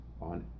on